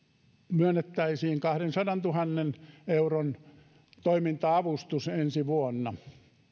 myönnettäisiin kahdensadantuhannen euron toiminta avustus ensi vuonna